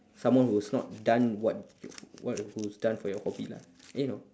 someone who has not done what you what who's done for your hobby lah eh no